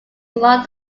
along